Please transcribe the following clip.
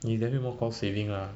is definitely more cost saving lah